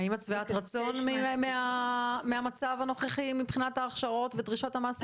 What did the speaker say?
האם את שבעת רצון מן המצב הנוכחי מבחינת ההכשרות ודרישות המעסיקים?